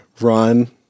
run